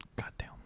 Goddamn